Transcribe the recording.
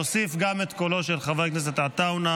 נוסיף גם את קולו של חבר הכנסת עטאונה.